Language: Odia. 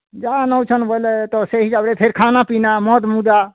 ଯାହା ନେଉଛନ୍ତି ବୋଇଲେ ତ ସେ ହିସାବରେ ସେ ଖାନାପିନା ମଦ୍ ମୁଦା